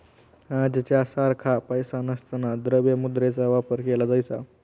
आजच्या सारखा पैसा नसताना द्रव्य मुद्रेचा वापर केला जायचा